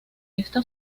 esta